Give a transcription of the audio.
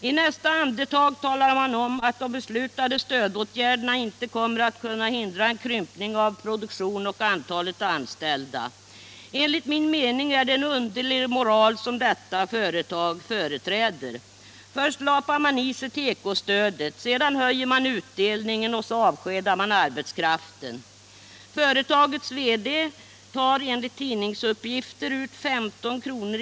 I nästa andetag talar man om att de beslutade stödåtgärderna inte kommer att kunna hindra en krympning av produktion och antal anställda. Enligt min mening är det en underlig moral som detta företag företräder. Först lapar man i sig tekostödet, sedan höjer man utdelningen och så avskedar man arbetskraften. Företagets VD tar enligt tidningsuppgifter ut 15 kr.